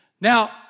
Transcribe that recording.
Now